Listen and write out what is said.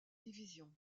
division